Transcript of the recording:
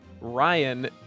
ryan